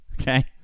Okay